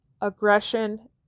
aggression